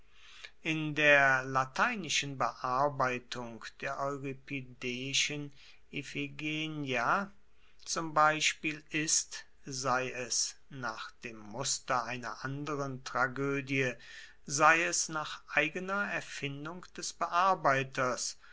in der lateinischen bearbeitung der euripideischen iphigeneia zum beispiel ist sei es nach dem muster einer anderen tragoedie sei es nach eigener erfindung des bearbeiters